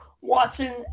Watson